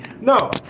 No